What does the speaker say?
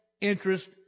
interest